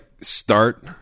start